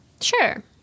sure